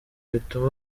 bituma